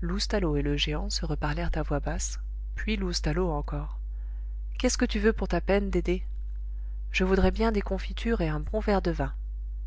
loustalot et le géant se reparlèrent à voix basse puis loustalot encore qu'est-ce que tu veux pour ta peine dédé je voudrais bien des confitures et un bon verre de vin